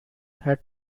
had